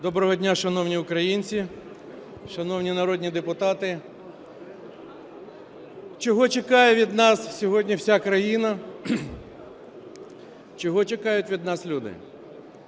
Доброго дня, шановні українці, шановні народні депутати! Чого чекає від нас сьогодні вся країна, чого чекають від нас люди?